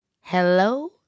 Hello